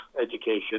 education